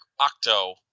Octo